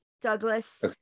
Douglas